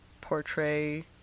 portray